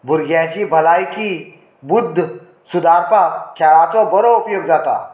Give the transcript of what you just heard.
भुरग्याची भलायकी बुद्द सुदारपाक खेळाचो बरो उपयोग जाता